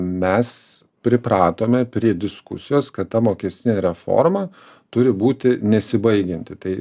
mes pripratome prie diskusijos kad ta mokestinė reforma turi būti nesibaigianti tai